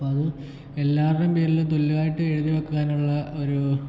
അപ്പം അത് എല്ലാവരുടെയും പേരിൽ തുല്യമായിട്ട് എഴുതി വെക്കാനുള്ള ഒരു